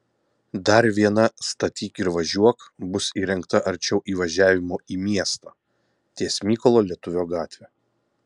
dar viena statyk ir važiuok bus įrengta arčiau įvažiavimo į miestą ties mykolo lietuvio gatve